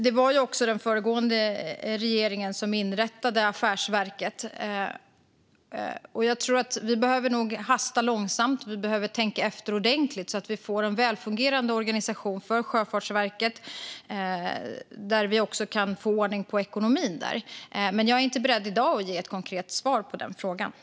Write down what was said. Det var den föregående regeringen som inrättade detta som ett affärsverk, och jag tror att vi behöver hasta långsamt och tänka efter ordentligt så att vi får en välfungerande organisation för Sjöfartsverket och även får ordning på ekonomin. Men jag är inte beredd att ge ett konkret svar på den frågan i dag.